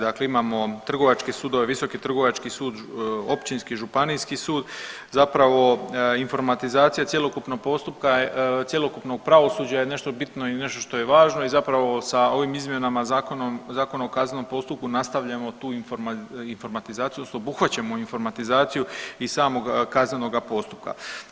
Dakle, imamo trgovačke sudove, visoki trgovački sud, općinski, županijski sud zapravo informatizacija cjelokupnog pravosuđa je nešto bitno i nešto što je važno i zapravo sa ovim izmjenama Zakona o kaznenom postupku nastavljamo tu informatizaciju odnosno obuhvaćamo informatizaciju i samog kaznenoga postupka.